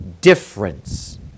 difference